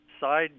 side